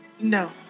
no